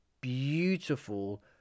beautiful